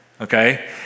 Okay